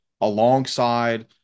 alongside